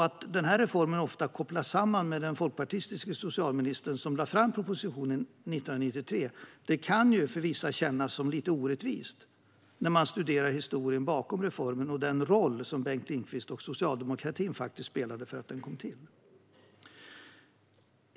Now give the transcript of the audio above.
Att den här reformen ofta kopplas samman med den folkpartistiske socialminister som lade fram propositionen 1993 kan för vissa kännas lite orättvist när man studerar historien bakom reformen och den roll som Bengt Lindqvist och socialdemokratin faktiskt spelade för att den kom till.